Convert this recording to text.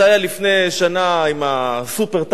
זה היה לפני שנה עם ה"סופר-טנקר",